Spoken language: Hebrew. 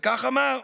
וכך אמר: